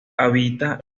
habita